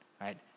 right